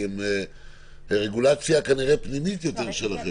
כי הם רגולציה פנימית יותר שלכם.